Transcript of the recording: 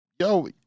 yo